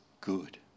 good